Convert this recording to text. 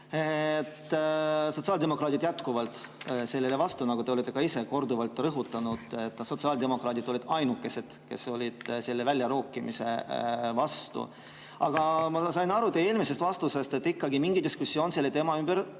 Sotsiaaldemokraadid on jätkuvalt selle [väljarookimise] vastu. Nagu te olete ka ise korduvalt rõhutanud, sotsiaaldemokraadid olid ainukesed, kes olid selle väljarookimise vastu. Aga ma sain aru teie eelmisest vastusest, et ikkagi mingi diskussioon selle teema ümber